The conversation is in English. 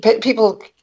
people